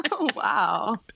Wow